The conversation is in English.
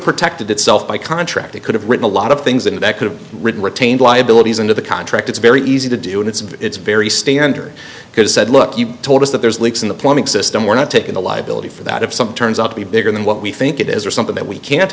protected itself by contract it could have written a lot of things and that could have retained liabilities into the contract it's very easy to do and it's very standard because said look you told us that there's leaks in the plumbing system we're not taking the liability for the if some turns out to be bigger than what we think it is or something that we can't